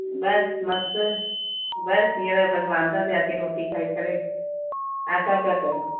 बसि मस्तु बसि हींअर बसि वांदा थियासी रोटी खाई करे तव्हां छा पिया कयो